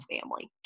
family